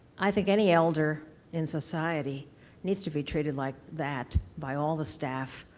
i think any elder in society needs to be treated like that by all the staff.